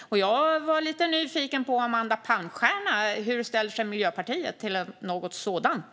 Jag är lite nyfiken på hur Amanda Palmstierna och Miljöpartiet ställer sig till något sådant.